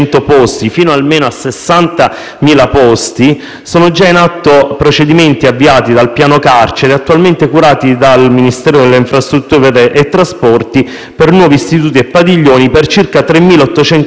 60.000 posti, sono già in atto procedimenti avviati dal Piano carceri, attualmente curati dal Ministero delle infrastrutture e dei trasporti, per nuovi istituti e padiglioni, per circa 3.800 nuovi posti regolamentari.